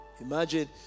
Imagine